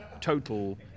total